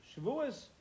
Shavuos